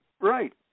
Right